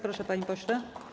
Proszę, panie pośle.